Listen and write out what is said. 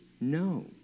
no